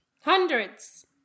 Hundreds